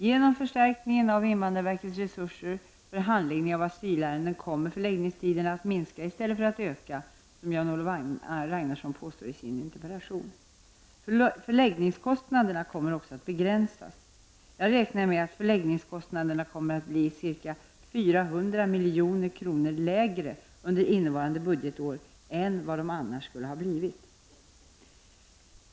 Genom förstärkningen av invandrarvekets resurser för handläggning av asylärenden kommer förläggningstiderna att minska i stället för att öka, vilket senare Jan-Olof Ragnarsson påstår i sin interpellation. Förläggningskostnaderna kommer också att begränsas. Jag räknar med att förläggningskostnaderna kommer att bli ca 400 milj.kr. lägre under innevarande budgetår än vad de annars skulle ha blivit.